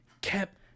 kept